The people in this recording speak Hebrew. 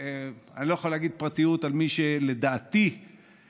אני לא יכול להגיד פרטיות על מי שלדעתי סמוך